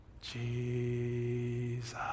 Jesus